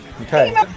Okay